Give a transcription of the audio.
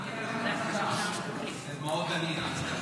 זה דמעות תנין.